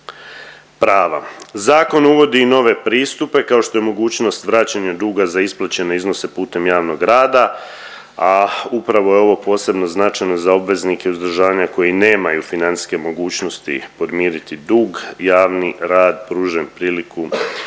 prava. Zakon uvodi nove pristupe kao što je mogućnost vraćanja duga za isplaćene iznose putem javnog rada, a upravo je ovo posebno značajno za obveznike uzdržavanja koji nemaju financijske mogućnosti podmiriti dug, javni rad pruža im priliku